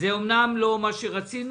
זה אומנם לא מה שרצינו,